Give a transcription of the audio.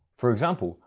for example,